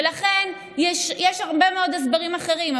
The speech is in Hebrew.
יש הרבה מאוד הסברים אחרים,